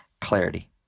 clarity